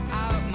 out